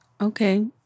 Okay